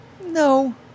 No